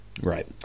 Right